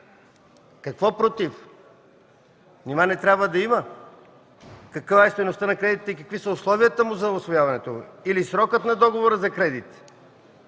Какво против?! Нима не трябва да има каква е стойността на кредита и какви са условията за усвояването му, или срокът на договора за кредит